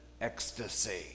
ecstasy